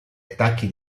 attacchi